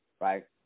right